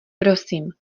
prosím